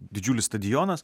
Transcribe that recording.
didžiulis stadionas